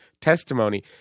testimony